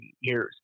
years